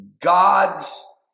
God's